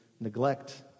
neglect